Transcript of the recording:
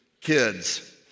kids